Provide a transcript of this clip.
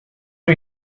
lui